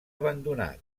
abandonat